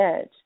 edge